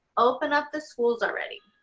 open up the schools already.